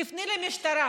תפני למשטרה.